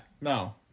no